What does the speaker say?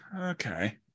Okay